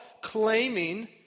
claiming